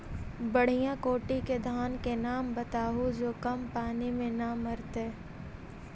बढ़िया कोटि के धान के नाम बताहु जो कम पानी में न मरतइ?